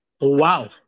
Wow